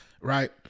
Right